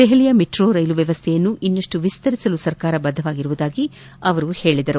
ದೆಹಲಿಯ ಮೆಟ್ರೋ ರೈಲು ವ್ಯವಸ್ಥೆಯನ್ನು ಇನ್ನಷ್ಟು ವಿಸ್ತರಿಸಲು ಸರ್ಕಾರ ಬದ್ಧವಾಗಿದೆ ಎಂದು ಅವರು ತಿಳಿಸಿದರು